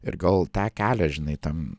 ir gal tą kelią žinai tam